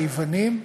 היוונים,